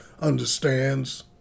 understands